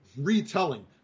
retelling